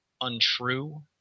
untrue